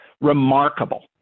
remarkable